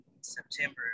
September